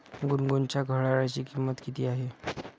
गुनगुनच्या घड्याळाची किंमत किती आहे?